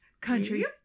country